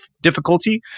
difficulty